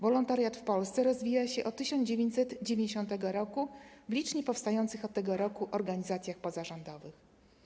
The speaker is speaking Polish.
Wolontariat w Polsce rozwija się od 1990 r. w licznie powstających od tego roku organizacjach pozarządowych.